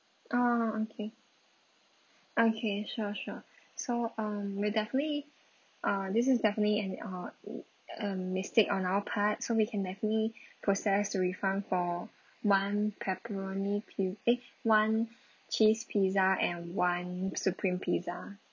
ah okay okay sure sure so um we'll definitely uh this is definitely an uh a mistake on our part so we can definitely process the refund for one pepperoni pi~ eh one cheese pizza and one supreme pizza